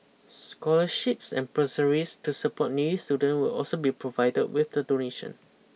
scholarships and bursaries to support needy student will also be provided with the donation